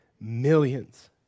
Millions